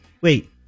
wait